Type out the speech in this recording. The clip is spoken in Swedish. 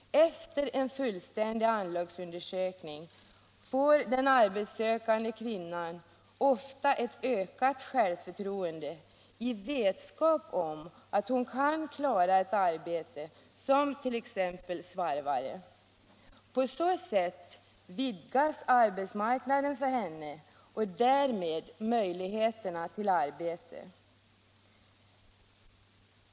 Efter en fullständig anlagsundersökning får den arbetssökande kvinnan ofta ett ökat självförtroende i vetskap om att hon kan klara ett arbete som t.ex. svarvare. På så sätt vidgas arbetsmarknaden för henne och därmed möjligheterna till arbete.